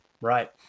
right